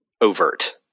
overt